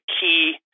key